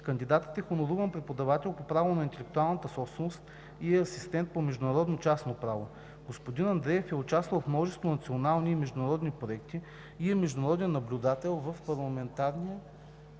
Кандидатът е хоноруван преподавател по право на интелектуалната собственост и е асистент по международно частно право. Господин Андреев е участвал в множество национални и международни проекти и е международен наблюдател в парламентарни,